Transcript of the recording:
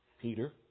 Peter